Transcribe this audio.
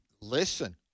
Listen